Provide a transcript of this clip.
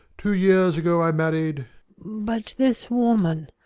two years ago i married but this woman,